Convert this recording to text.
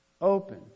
open